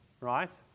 right